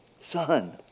Son